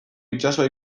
itsasoa